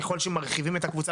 ככל שמרחיבים את הקבוצה,